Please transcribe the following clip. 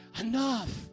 enough